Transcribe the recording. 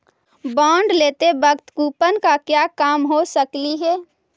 bond लेते वक्त coupon का क्या काम हो सकलई हे